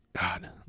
God